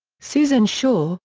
susan shaw,